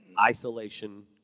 Isolation